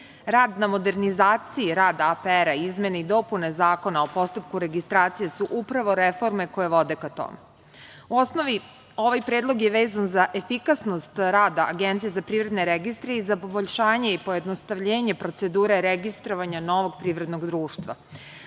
Rad na modernizaciji rada APR-a i izmene i dopune Zakona o postupku registracije su upravo reforme koje vode ka tome.U osnovi ovaj predlog je vezan za efikasnost rada APR-a i za poboljšanje i pojednostavljenje procedure registrovanja novog privrednog društva.